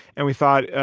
and we thought,